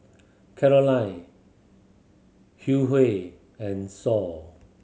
Caroline and Sol